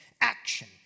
Action